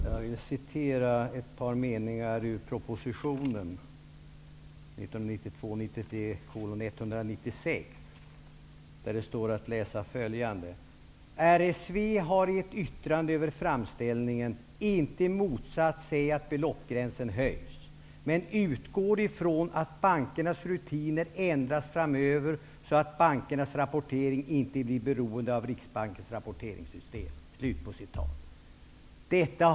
Jag vill citera ett par meningar ur proposition 1992/93:196, där det står att läsa följande: ''RSV har i ett yttrande över framställningen inte motsatt sig att beloppsgränsen höjs, men utgår ifrån att bankernas rutiner ändras framöver så att bankernas rapportering inte blir beroende av riksbankens rapporteringssystem.''